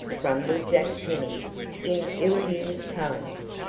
grumbled jack penny in ill-used tones.